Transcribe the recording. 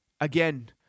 Again